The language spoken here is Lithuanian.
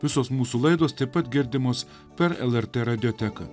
visos mūsų laidos taip pat girdimos per lrt radioteką